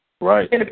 Right